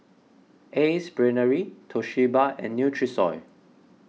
Ace Brainery Toshiba and Nutrisoy